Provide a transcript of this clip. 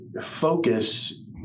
focus